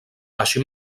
així